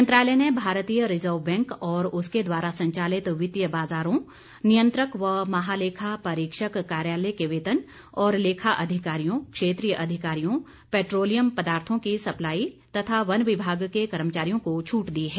मंत्रालय ने भारतीय रिजर्व बैंक और उसके द्वारा संचालित वित्तीय बाजारों नियंत्रक व महालेखा परीक्षक कार्यालय के वेतन और लेखा अधिकारियों क्षेत्रीय अधिकारियों पेट्रोलियम पदार्थो की सप्लाई तथा वन विभाग के कर्मचारियों को छूट दी है